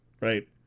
right